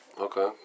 Okay